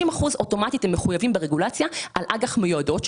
60 אחוזים אוטומטית הם מחויבים ברגולציה על אג"ח מיועדות,